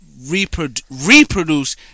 reproduce